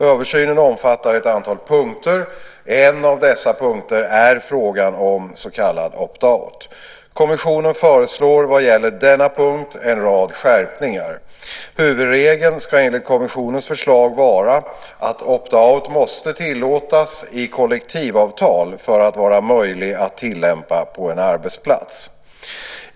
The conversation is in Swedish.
Översynen omfattar ett antal punkter, och en av dessa är frågan om så kallad opt out . Kommissionen föreslår vad gäller denna punkt en rad skärpningar. Huvudregeln ska enligt kommissionens förslag vara att opt out måste tillåtas i kollektivavtal för att vara möjlig att tillämpa på en arbetsplats.